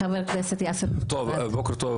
חבר הכנסת יאסר חוג'יראת.